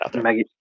Maggie